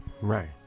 Right